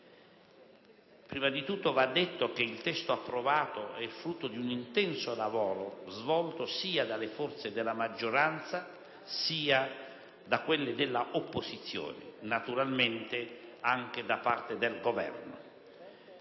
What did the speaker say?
Innanzitutto va detto che il testo approvato è frutto di un intenso lavoro svolto sia dalle forze della maggioranza, sia da quelle dell'opposizione, e naturalmente anche da parte del Governo.